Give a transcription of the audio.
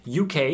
UK